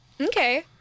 Okay